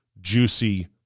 juicy